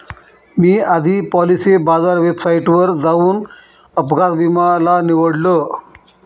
मी आधी Policybazaar वेबसाईटवर जाऊन अपघात विमा ला निवडलं